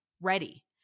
ready